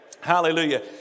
Hallelujah